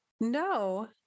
No